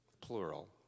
plural